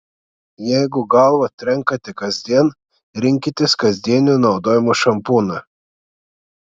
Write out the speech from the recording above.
jeigu galvą trenkate kasdien rinkitės kasdienio naudojimo šampūną